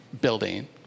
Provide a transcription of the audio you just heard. building